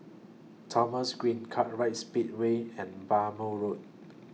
Thomson Green Kartright Speedway and Bhamo Road